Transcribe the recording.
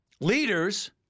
leaders